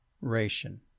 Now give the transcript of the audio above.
ration